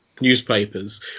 newspapers